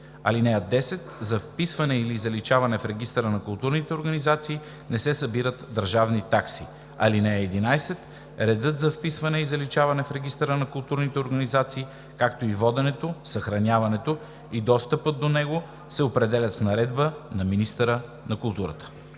кодекс. (10) За вписване и заличаване в регистъра на културните организации не се събират държавни такси. (11) Редът за вписване и заличаване в регистъра на културните организации, както и воденето, съхраняването и достъпът до него се определят с наредба на министъра на културата.“